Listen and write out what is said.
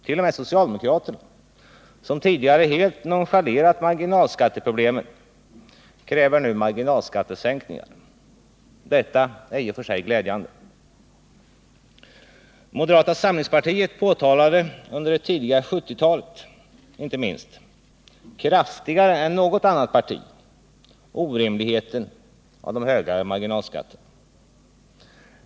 T. o. m. socialdemokraterna, som tidigare helt nonchalerat marginalskatteproblemet, kräver nu marginalskattesänkningar. Detta är i och för sig glädjande. Moderata samlingspartiet påtalade, inte minst under det tidiga 1970-talet, kraftigare än något annat parti orimligheten med de höga marginalskatterna.